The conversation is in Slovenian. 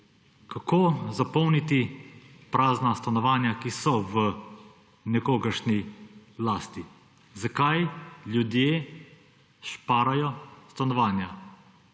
kako zapolniti prazna stanovanja, ki so v nekogaršnji lasti. Zakaj ljudje šparajo stanovanja?